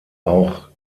auch